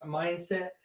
mindset